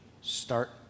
start